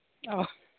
ꯑꯧ